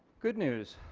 good news.